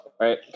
right